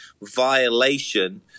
violation